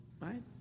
right